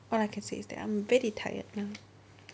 all I can say is that I'm very tired now